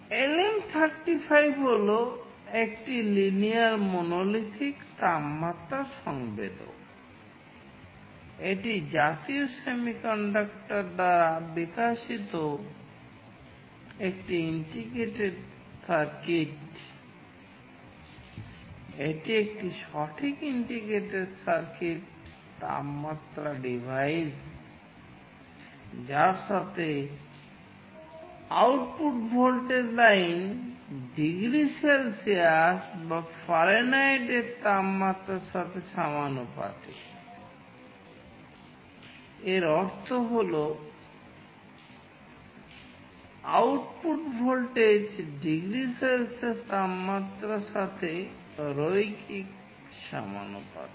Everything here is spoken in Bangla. LM35 হল একটি linear monolithic voltage degree Celsius তাপমাত্রার সাথে রৈখিক সমানুপাতিক